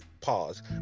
pause